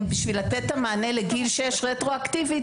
כדי לתת את המענה לגיל שש רטרואקטיבית,